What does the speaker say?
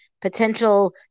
potential